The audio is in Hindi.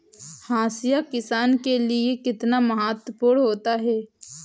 हाशिया किसान के लिए कितना महत्वपूर्ण होता है?